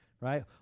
right